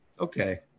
okay